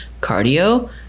cardio